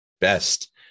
best